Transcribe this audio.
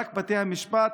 רק בתי המשפט.